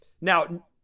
Now